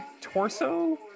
torso